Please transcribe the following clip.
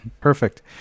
Perfect